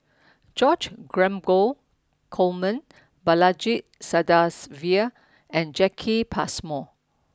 George Dromgold Coleman Balaji Sadasivan and Jacki Passmore